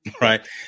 right